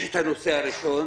יש את הנושא הראשון